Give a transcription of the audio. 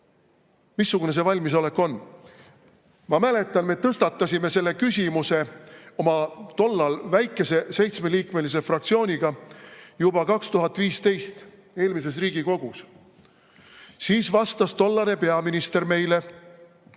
ole? Missugune see valmisolek on? Ma mäletan, me tõstatasime selle küsimuse oma tollal väikese seitsmeliikmelise fraktsiooniga juba 2015, eelmises Riigikogus. Siis vastas tollane peaminister meile: